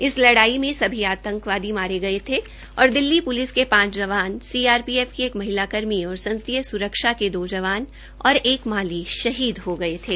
इस लड़ाई में सभी आंतकवादी मारे गये थे और दिल्ली प्लिस के पांच जवान सीआरपीएफ की एक महिला कर्मी और संसदीय स्रक्षा के दो जवान और एक माली शहीद हो गये थे